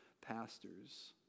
pastors